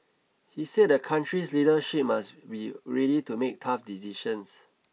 he said the country's leadership must be ready to make tough decisions